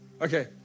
Okay